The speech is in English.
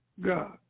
God